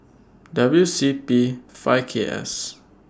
W C P five K S